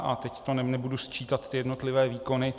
A teď to nebudu sčítat, ty jednotlivé výkony.